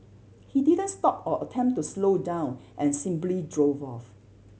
he didn't stop or attempt to slow down and simply drove off